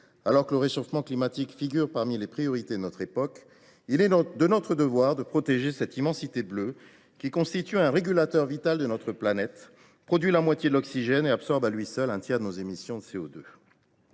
Alors que le réchauffement climatique figure parmi les priorités de notre époque, il est de notre devoir de protéger cette immensité bleue, qui constitue un régulateur vital de notre planète, produit la moitié de l’oxygène et absorbe à lui seul un tiers de nos émissions de CO2.